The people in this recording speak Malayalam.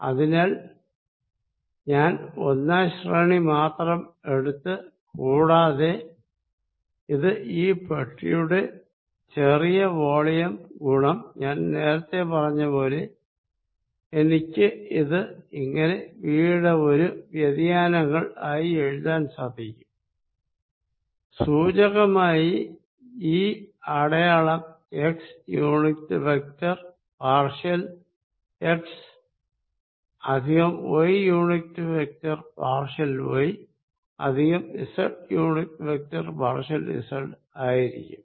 അതിനാൽ ഞാൻ ഫസ്റ്റ് ഓർഡർ മാത്രം എടുത്തു കൂടാതെ ഇത് ഈ ബോക്സിന്റെ ചെറിയ വോളിയം ഗുണം ഞാൻ നേരത്തെ പറഞ്ഞ പോലെ എനിക്ക് ഇത് ഇങ്ങനെ V യുടെ ഒരു വ്യതിയാനങ്ങൾ ആയി എഴുതാൻ കഴിയും സൂചകമായി ഈ അടയാളം x unit vector partial x plus y unit vector partial y plus z unit vector partial z ആയിരിക്കും